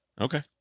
Okay